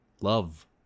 love